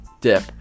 dip